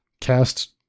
cast